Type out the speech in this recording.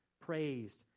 praised